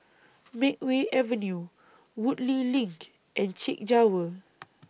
Makeway Avenue Woodleigh LINK and Chek Jawa